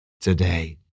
today